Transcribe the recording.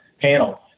panel